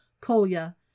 Kolya